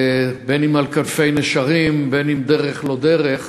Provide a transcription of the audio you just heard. בין אם על כנפי נשרים ובין אם בדרך לא דרך,